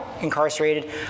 incarcerated